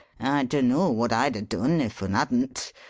dunno what i'd a done if un hadn't,